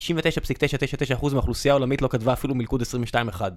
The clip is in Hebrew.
99.999% מהאוכלוסייה העולמית לא כתבה אפילו ״מילכוד 22״ אחד